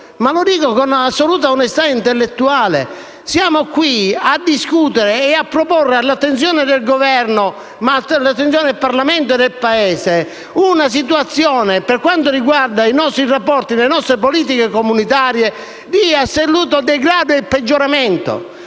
e lo dico con assoluta onestà intellettuale - siamo qui a discutere e a proporre all'attenzione del Governo, del Parlamento e del Paese una situazione, per quanto riguarda i nostri rapporti e le nostre politiche comunitarie, di assoluto degrado e peggioramento.